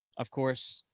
of course,